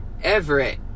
Everett